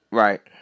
right